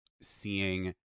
seeing